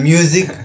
Music